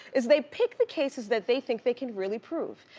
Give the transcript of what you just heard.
is they pick the cases that they think they can really prove.